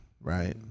right